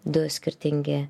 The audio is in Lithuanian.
du skirtingi